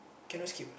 cannot skip ah